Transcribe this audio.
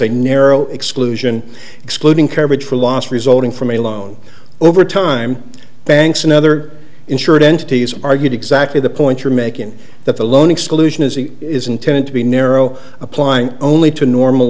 a narrow exclusion excluding coverage for loss resulting from a loan over time banks and other insured entities argued exactly the point you're making that the loan exclusion is it is intended to be narrow applying only to normal